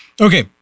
Okay